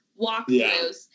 walkthroughs